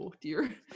dear